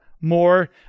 more